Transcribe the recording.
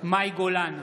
מאי גולן,